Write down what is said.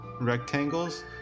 rectangles